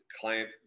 Client